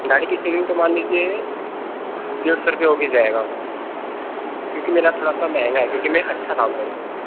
दाढ़ी की शेविंग तो मान लीजिए दो सौ रुपये वो भी जाएगा क्योंकि मेरा थोड़ा सा महंगा है क्योंकि मैं अच्छा काम करता हूँ